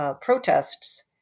protests